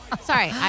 Sorry